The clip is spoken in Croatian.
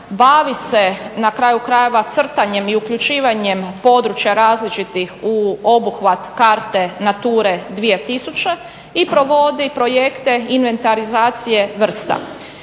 bavi se na kraju krajeva crtanjem i uključivanjem područja različitih u obuhvat karte Nature 2000 i provodi projekte inventarizacije vrsta.